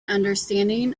understanding